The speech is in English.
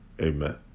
amen